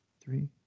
three